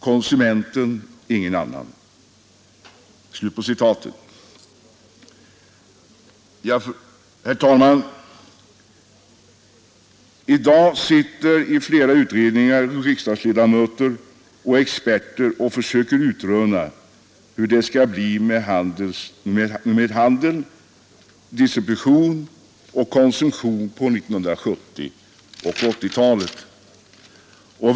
Konsumenten — ingen annan.” I flera utredningar sitter i dag riksdagsledamöter och experter och försöker utröna hur det skall bli med handel, distribution och konsumtion på 1970 och 1980-talen.